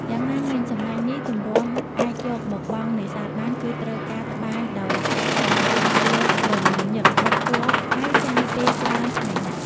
យ៉ាងណាមិញ សំណាញ់នេះទម្រាំអាចយកមកបង់នេសាទបាន គឺត្រូវការត្បាញដោយខ្សែអំបោះជាក្រឡាញឹកដឹកជាប់គ្នា ហើយចាយពេលច្រើនថ្ងៃណាស់។